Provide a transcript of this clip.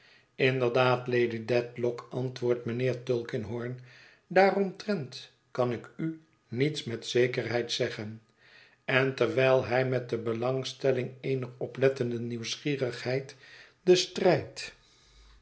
inderdaad lady dedlock antwoordt mijnheer tulkinghorn daaromtrent kan ik u niets met zekerheid zeggen en terwijl hij met de belangstelling eener oplettende nieuwsgierigheid den strijd